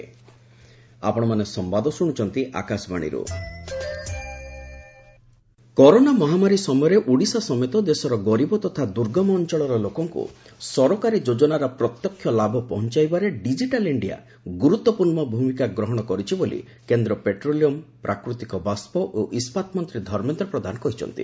digital India Dharmendra Pradhan corona ମହାମାରୀ ସମୟରେ ଓଡ଼ିଶା ସମେତ ଦେଶର ଗରିବ ତଥା ଦୁର୍ଗମ ଅଞ୍ଚଳର ଲୋକଙ୍କୁ ସରକାରୀ ଯୋଜନାର ପ୍ରତ୍ୟକ୍ଷ ଲାଭ ପହଞ୍ଚାଇବାରେ ଡିଜିଟାଲ୍ ଇଣ୍ଡିଆ ଗୁରୁତ୍ୱପୂର୍ଣ୍ଣ ଭୂମିକା ଗ୍ରହଣ କରିଛି ବୋଲି କେନ୍ଦ୍ର ପେଟ୍ରୋଲିୟମ୍ ପ୍ରାକୃତିକ ବାଷ୍ପ ଓ ଇସ୍କାତ ମନ୍ତ୍ରୀ ଧର୍ମେନ୍ଦ୍ର ପ୍ରଧାନ କହିଛନ୍ତି